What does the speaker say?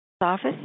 Office